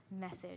message